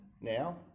Now